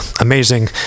amazing